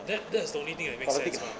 that that's the only thing that makes sense mah